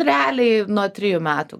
realiai nuo trijų metų